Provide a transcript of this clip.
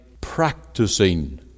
practicing